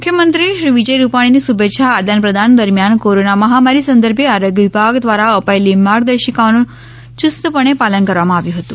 મુખ્યમંત્રી શ્રી વિજય રૂપાણીની શુભેચ્છા આદાન પ્રદાન દરમિયાન કોરોના મહામારી સંદર્ભે આરોગ્ય વિભાગ દ્વારા અપાયેલી માર્ગદર્શિકાઓનું યુસ્તપણે પાલન કરવામાં આવ્યું હતું